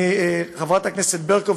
לחברת הכנסת ברקו,